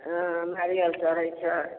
हँ नारिअल चढ़ैत छै